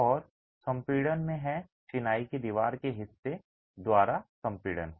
और संपीड़न में है चिनाई की दीवार के हिस्से द्वारा संपीड़न